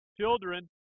Children